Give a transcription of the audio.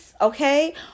Okay